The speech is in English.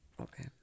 Okay